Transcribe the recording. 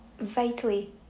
vitally